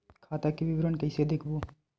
खाता के विवरण कइसे देखबो?